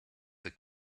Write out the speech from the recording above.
the